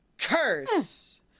curse